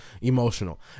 emotional